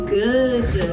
good